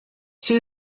two